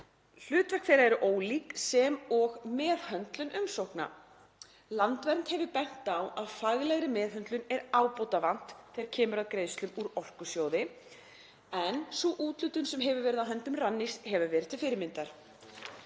„Hlutverk þeirra eru ólík sem og meðhöndlun umsókna. Landvernd hefur bent á að faglegri meðhöndlun er ábótavant þegar kemur að greiðslum úr Orkusjóði en sú úthlutun sem hefur verið á höndum Rannís hefur verið til fyrirmyndar.“